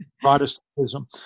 Protestantism